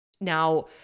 Now